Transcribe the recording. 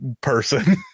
person